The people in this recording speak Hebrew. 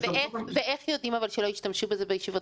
איך יודעים שלא ישתמשו בזה בישיבות